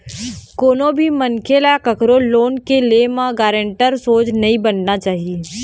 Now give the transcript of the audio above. कोनो भी मनखे ल कखरो लोन के ले म गारेंटर सोझ नइ बनना चाही